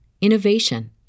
innovation